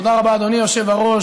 תודה רבה, אדוני היושב-ראש.